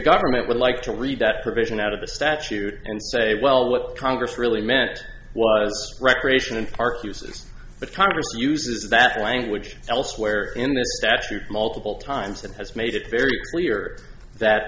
government would like to read that provision out of the statute and say well what congress really meant was recreation and park uses but congress uses that language elsewhere in the statute multiple times and has made it very clear that